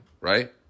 right